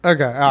Okay